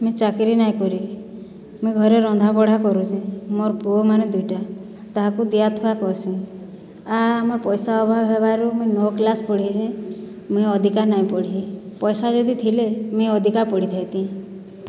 ମୁଇଁ ଚାକିରି ନାଇଁ କରି ମୁଇଁ ଘରେ ରନ୍ଧାବଢ଼ା କରୁଛେଁ ମୋର୍ ପୁଅମାନେ ଦୁଇଟା ତାହାକୁ ଦିଆଥୁଆ କର୍ସିଁ ଆର୍ ଆମର୍ ପଇସା ଅଭାବ୍ ହେବାରୁ ମୁଇଁ ନଅ କ୍ଲାସ୍ ପଢ଼ିଛେଁ ମୁଇଁ ଅଧିକ ନାଇଁ ପଢ଼ି ପଇସା ଯଦି ଥିଲେ ମୁଇଁ ଅଧିକା ପଢ଼ିଥାଇତି